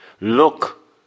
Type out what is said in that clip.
look